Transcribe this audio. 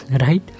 Right